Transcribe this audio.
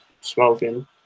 smoking